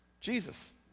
Jesus